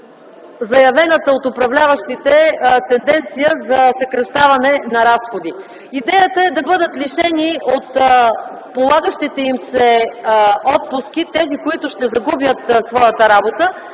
заявената от управляващите тенденция за съкращаване на разходи. Идеята е да бъдат лишени от полагащите им се отпуски тези, които ще загубят своята работа.